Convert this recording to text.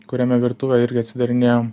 kuriame virtuvę irgi atsidarinėjom